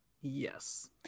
Yes